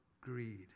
greed